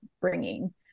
bringing